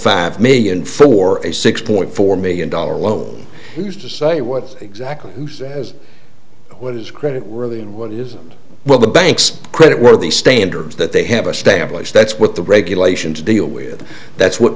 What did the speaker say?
five million for a six point four million dollars loan used to say what exactly who says what is credit worthy and what it is well the banks credit worthy standards that they have a stamp place that's what the regulations deal with that's what